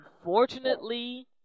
Unfortunately